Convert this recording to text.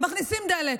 מכניסים דלק,